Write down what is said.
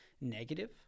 negative